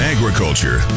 Agriculture